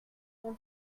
mon